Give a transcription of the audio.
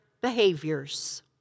behaviors